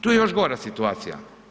Tu je još gora situacija.